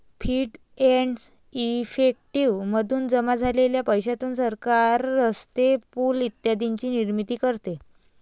fees and effective मधून जमा झालेल्या पैशातून सरकार रस्ते, पूल इत्यादींची निर्मिती करते